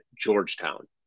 Georgetown